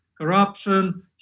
corruption